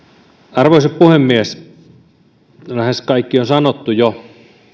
arvoisa puhemies lähes kaikki on sanottu jo